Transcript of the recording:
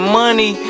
money